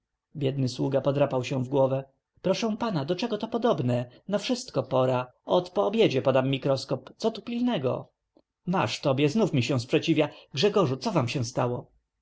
biedny sługa podrapał się w głowę proszę pana do czego to podobne na wszystko pora ot po obiedzie podam mikroskop co tu pilnego masz tobie znów mi się sprzeciwia grzegorzu co się wam stało